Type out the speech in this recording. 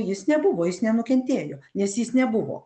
jis nebuvo jis nenukentėjo nes jis nebuvo